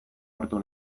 hartu